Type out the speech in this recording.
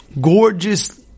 gorgeous